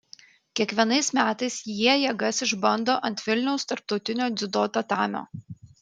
kiekvienais metais jie jėgas išbando ant vilniaus tarptautinio dziudo tatamio